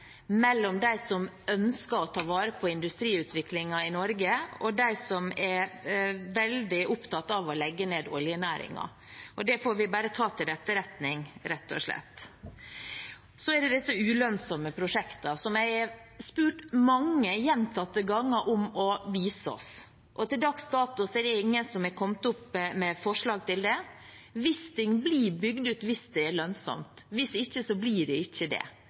mellom dem som ønsker å ta vare på industriutviklingen i Norge, og dem som er veldig opptatt av å legge ned oljenæringen. Det får vi bare ta til etterretning, rett og slett. Så er det disse ulønnsomme prosjektene som jeg har spurt mange gjentatte ganger om å vise oss. Til dags dato er det ingen som har kommet opp med forslag til det. Wisting blir bygd ut hvis det er lønnsomt. Hvis ikke blir det ikke det.